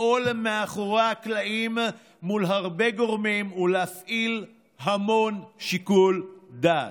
לפעול מאחורי הקלעים מול הרבה גורמים ולהפעיל המון שיקול דעת.